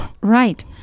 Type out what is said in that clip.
Right